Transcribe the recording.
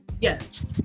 Yes